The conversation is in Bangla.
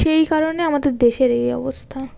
সেই কারণে আমাদের দেশের এই অবস্থা